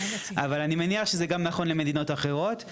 אבל אני מניח שזה גם נכון למדינות אחרות.